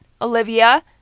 Olivia